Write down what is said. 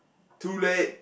too late